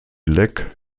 leck